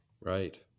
Right